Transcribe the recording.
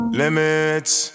limits